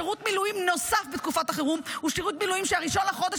שירות מילואים נוסף בתקופת החירום הוא שירות מילואים ש-1 בחודש